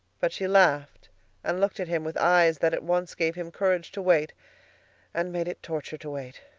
but she laughed and looked at him with eyes that at once gave him courage to wait and made it torture to wait.